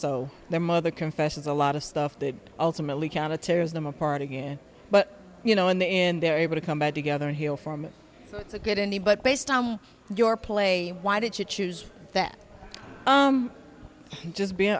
so their mother confessions a lot of stuff that ultimately counted tears them apart again but you know in the end they're able to come back together and heal from to get any but based on your play why did you choose that just be